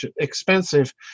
expensive